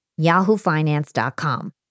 yahoofinance.com